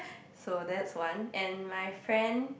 so that's one and my friend